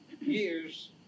years